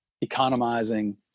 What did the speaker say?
economizing